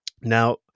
Now